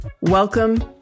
Welcome